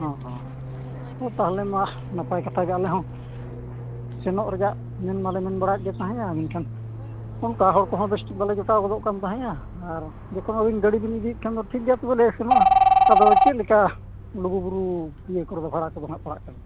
ᱚᱼᱦᱚ ᱛᱟᱦᱞᱮ ᱢᱟ ᱱᱟᱯᱟᱭ ᱠᱟᱛᱷᱟᱜᱮ ᱟᱞᱮᱦᱚᱸ ᱥᱮᱱᱚᱜ ᱨᱮᱭᱟᱜ ᱢᱮᱱ ᱢᱟᱞᱮ ᱢᱮᱱᱵᱟᱲᱟᱭᱮᱫ ᱜᱮ ᱛᱟᱦᱮᱸᱫᱼᱟ ᱢᱮᱱᱠᱷᱟᱱ ᱚᱱᱠᱟ ᱦᱚᱲᱠᱚᱦᱚᱸ ᱵᱮᱥᱴᱷᱤᱠ ᱵᱟᱞᱮ ᱡᱚᱭᱴᱟᱣ ᱜᱚᱫᱚᱜᱠᱟᱱ ᱛᱟᱦᱮᱸᱫᱼᱟ ᱟᱨ ᱡᱚᱠᱷᱚᱱ ᱟᱵᱤᱱ ᱜᱟᱹᱰᱤᱵᱤᱱ ᱤᱫᱤᱭᱮᱫᱼᱟ ᱠᱷᱟᱱᱫᱚ ᱴᱷᱤᱠᱜᱮᱭᱟ ᱛᱚᱵᱮᱞᱮ ᱥᱮᱱᱚᱜᱼᱟ ᱟᱫᱚ ᱪᱮᱫᱞᱮᱠᱟ ᱞᱩᱜᱩᱵᱩᱨᱩ ᱤᱭᱟᱹᱠᱚᱫᱚ ᱵᱷᱟᱲᱟ ᱠᱚᱫᱚᱦᱟᱜ ᱯᱟᱲᱟᱜ ᱠᱟᱱᱟ